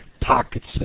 pockets